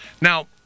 Now